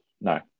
No